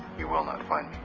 you will not find